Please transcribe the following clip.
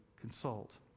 consult